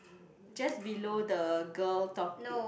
just below the girl